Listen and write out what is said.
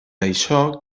això